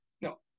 no